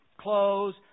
clothes